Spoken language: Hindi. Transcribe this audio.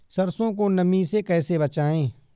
सरसो को नमी से कैसे बचाएं?